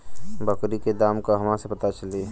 बकरी के दाम कहवा से पता चली?